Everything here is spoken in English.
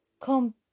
Come